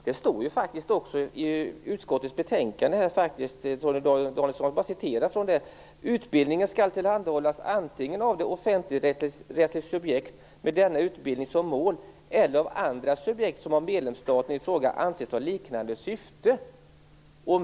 Det står faktiskt också i utskottets betänkande. Man skriver: Utbildningen skall tillhandahållas antingen av ett offentligrättsligt subjekt med denna utbildning som mål eller av andra subjekt som av medlemsstaten i fråga anses ha liknande syfte.